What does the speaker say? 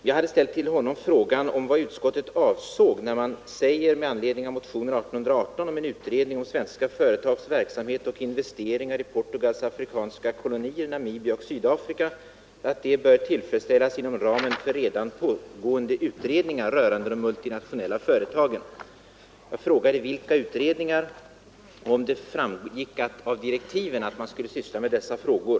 Jag hade till honom ställt frågan: Vad har utskottet avsett, när utskottet i anledning av motionen 1818 om en utredning om svenska företags verksamhet och investeringar i Portugals afrikanska kolonier Namibia och Sydafrika sagt att det kravet bör tillfredsställas inom ramen för redan pågående utredningar rörande de multinationella företagen? Jag frågade också: Vilka utredningar? Och framgår det av utredningarnas direktiv att de skall syssla med dessa frågor?